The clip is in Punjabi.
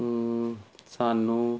ਸਾਨੂੰ